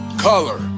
color